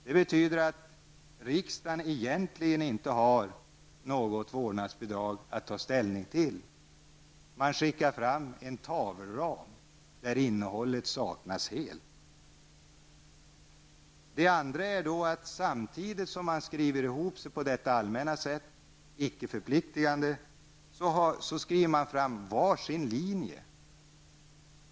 Detta betyder att riksdagen egentligen inte har något vårdnadsbidrag att ta ställning till. Man skickar fram en tavelram där innehållet saknas helt. Samtidigt som man skriver ihop sig på detta allmänna och icke förpliktigande sätt har man var sin linje.